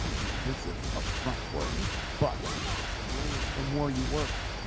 intensive upfront work. but the more you work,